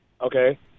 okay